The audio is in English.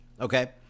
okay